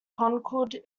chronicled